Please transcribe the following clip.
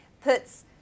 puts